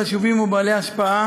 חשובים ובעלי השפעה